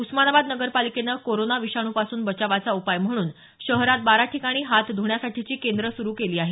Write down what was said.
उस्मानाबाद नगरपालिकेनं कोरोना विषाणापासून बचावाचा उपाय म्हणून शहरात बारा ठिकाणी हात ध्ण्यासाठीची केंद्र सुरू केली आहेत